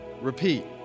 repeat